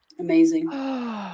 Amazing